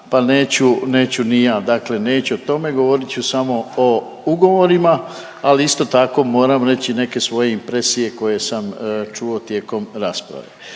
pa neću, neću ni ja, dakle neću o tome, govorit ću samo o ugovorima, ali isto tako moram reći neke svoje impresije koje sam čuo tijekom rasprave.